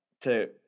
to-